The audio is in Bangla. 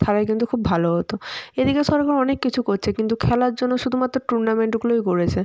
তাহলে কিন্তু খুব ভালো হতো এদিকে সরকার অনেক কিছু করছে কিন্তু খেলার জন্য শুধুমাত্র টুর্নামেন্টগুলোই গড়েছে